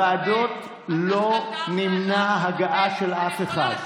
150. בוועדות לא נמנעה הגעה של אף אחד.